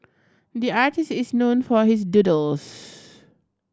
the artist is known for his doodles